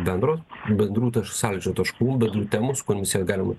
bendro bendrų sąlyčio taškų bendrų temų su kuriomis galima